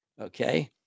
Okay